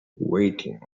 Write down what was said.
waiting